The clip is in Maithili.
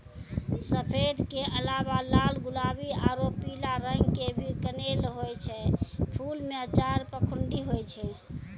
सफेद के अलावा लाल गुलाबी आरो पीला रंग के भी कनेल होय छै, फूल मॅ चार पंखुड़ी होय छै